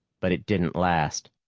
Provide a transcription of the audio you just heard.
but it didn't last.